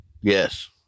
Yes